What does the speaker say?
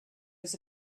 was